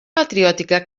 patriòtica